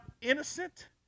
innocent